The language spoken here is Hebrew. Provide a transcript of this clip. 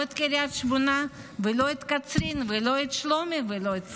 לא את קריית שמונה ולא את קצרין ולא את שלומי ולא את צפת.